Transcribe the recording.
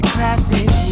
Classes